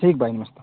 ठीक बाई नमस्ते